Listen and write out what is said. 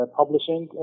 publishing